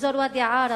אזור ואדי-עארה,